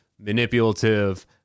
manipulative